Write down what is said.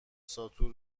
ساتور